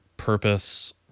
purpose